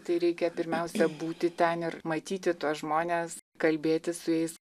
tai reikia pirmiausia būti ten ir matyti tuos žmones kalbėtis su jais